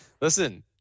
Listen